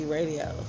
Radio